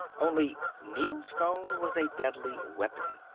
only neel's phone was a deadly weapon.